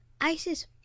Isis